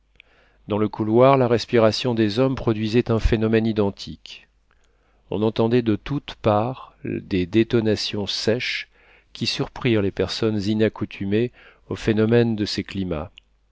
dans le couloir la respiration des hommes produisait un phénomène identique on entendait de toutes parts des détonations sèches qui surprirent les personnes inaccoutumées aux phénomènes de ces climats